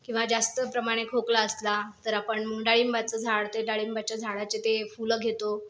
किंवा जास्त प्रमाणे खोकला असला तर आपण डाळिंबाचं झाड ते डाळिंबाच्या झाडाचे ते फुलं घेतो